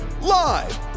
Live